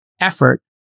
effort